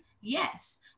Yes